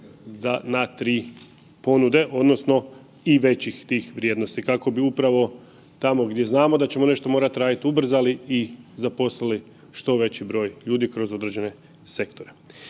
na 3 ponude odnosno i većih tih vrijednosti kako bi upravo tamo gdje znamo da ćemo nešto morat radit ubrzali i zaposlili što veći broj ljudi kroz određene sektore.